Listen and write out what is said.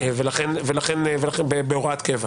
בהוראת קבע.